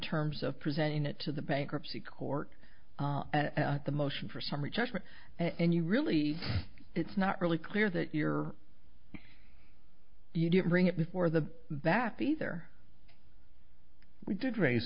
terms of presenting it to the bankruptcy court and the motion for summary judgment and you really it's not really clear that your you didn't bring it before the that these are we did raise